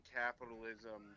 capitalism